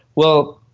well,